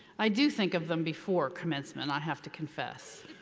i do think of them before commencement, i have to confess.